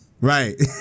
Right